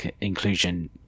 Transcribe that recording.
inclusion